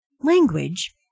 Language